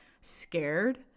scared